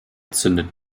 zündet